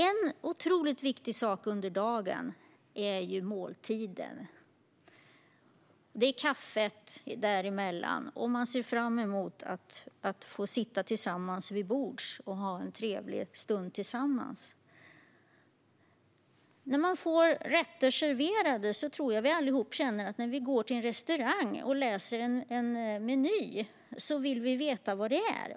En otroligt viktig sak under dagen är måltiderna och kaffet däremellan. Man ser fram emot att få sitta till bords och ha en trevlig stund tillsammans. När vi får rätter serverade, eller när vi går till en restaurang och läser en meny, tror jag att vi allihop känner att vi vill veta vad det är.